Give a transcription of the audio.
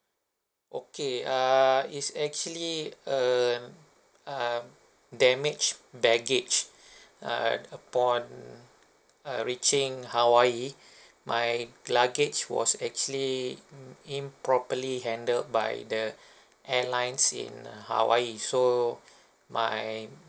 okay err it's actually err um damaged baggage uh upon uh reaching hawaii my luggage was actually um improperly handled by the airlines in hawaii so my